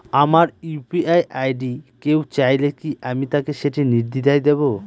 আমার UPI ID কেউ চাইলে কি আমি তাকে সেটি নির্দ্বিধায় দেব?